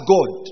God